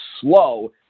slow